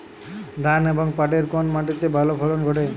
ধান এবং পাটের কোন মাটি তে ভালো ফলন ঘটে?